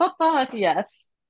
Yes